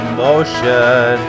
motion